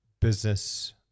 business